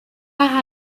par